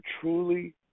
truly